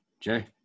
jay